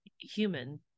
human